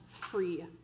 free